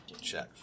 Check